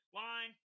line